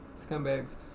scumbags